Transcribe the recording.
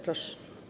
Proszę.